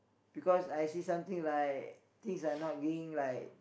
because I see something like things are not being like